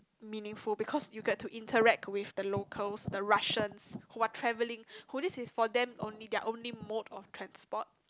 meaningful because you get to interact with the locals the Russians who are travelling who this is for them only their only mode of transport